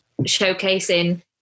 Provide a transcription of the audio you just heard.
showcasing